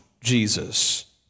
Jesus